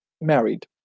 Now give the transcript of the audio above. married